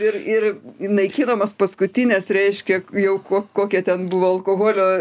ir ir naikinamos paskutinės reiškia jau ko kokie ten buvo alkoholio